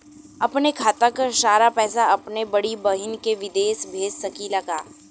अपने खाते क सारा पैसा अपने बड़ी बहिन के विदेश भेज सकीला का?